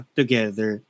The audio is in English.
together